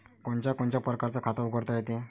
कोनच्या कोनच्या परकारं खात उघडता येते?